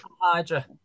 Hydra